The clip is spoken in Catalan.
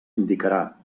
indicarà